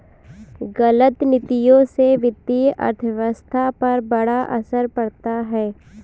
गलत नीतियों से वित्तीय अर्थव्यवस्था पर बड़ा असर पड़ता है